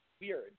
weird